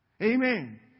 Amen